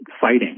fighting